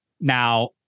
now